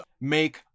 make